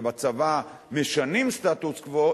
ובצבא משנים סטטוס-קוו,